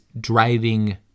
driving